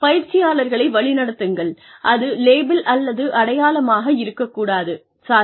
பயிற்சியாளர்களை வழிநடத்துங்கள் அது லேபிள் அல்லது அடையாளமாக இருக்க கூடாது சாரி